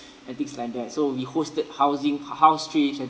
and things like that so we hosted housing ho~ house treats and